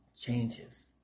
changes